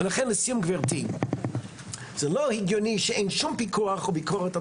זה לא הגיוני שאין שום פיקוח וביקורת על